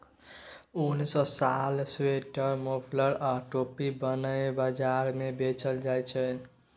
उन सँ साल, स्वेटर, मफलर आ टोपी बनाए बजार मे बेचल जाइ छै